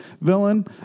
villain